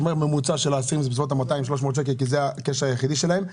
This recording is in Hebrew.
ממוצע של האסירים זה בסביבות 200 300 שקלים כי זה הקשר היחידי שלהם.